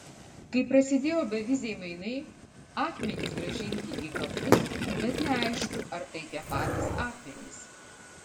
kai prasidėjo beviziai mainai akmenys grąžinti į kapus bet neaišku ar tai tie patys akmenys